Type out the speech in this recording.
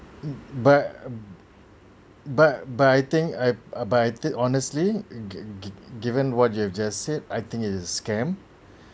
but but but I think I but I think honestly gi gi gi given what you've just said I think it's scam